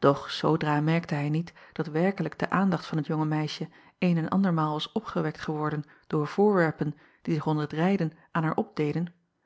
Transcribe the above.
och zoodra merkte hij niet dat werkelijk de aandacht van het jonge meisje een en andermaal was opgewekt geworden door voorwerpen die zich onder t rijden aan haar opdeden